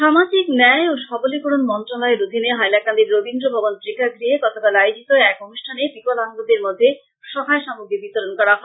সামাজিক ন্যায় ও সবলীকরণ মন্ত্রনালয়ের অধীনে হাইলাকান্দির রবীন্দ্র ভবন প্রেক্ষাগৃহে গতকাল আয়োজিত এক অনুষ্ঠানে বিকলাঙ্গদের মধ্যে সহায় সামগ্রী বিতরণ করা হয়